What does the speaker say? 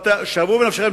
שערו בנפשכם,